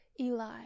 Eli